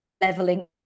leveling